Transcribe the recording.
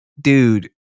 dude